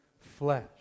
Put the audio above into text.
flesh